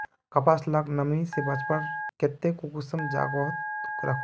कपास लाक नमी से बचवार केते कुंसम जोगोत राखुम?